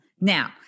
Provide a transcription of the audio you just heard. Now